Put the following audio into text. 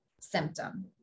symptom